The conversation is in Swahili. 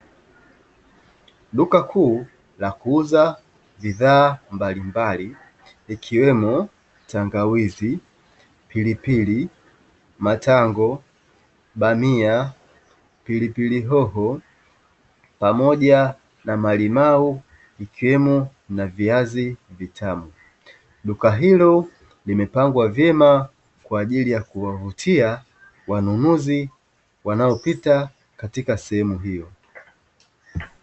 Duka kuu la kuuza bidhaa mbalimbali ikiwemo tangawizi, pilipili, matango, bamia, pilipili hoho pamoja na malimau ikiwemo na viazi vitamu, duka hilo limepangwa vyema kwa ajili ya kuwavutia wanunuzi wanaopita katika sehemu hiyo.